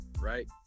right